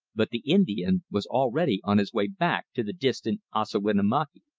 but the indian was already on his way back to the distant ossawinamakee.